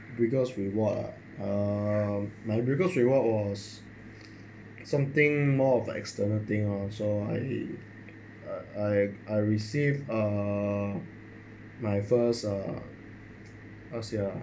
biggest reward ah uh my biggest reward was something more of a external thing ah so I I I I received uh my first uh how to say ah